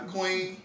Queen